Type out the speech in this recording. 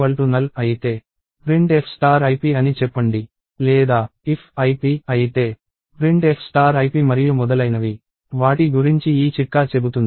null అయితే printf ip అని చెప్పండి లేదా if అయితే ప్రింట్ఎఫ్ ip మరియు మొదలైనవి వాటి గురించి ఈ చిట్కా చెబుతుంది